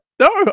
No